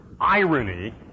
irony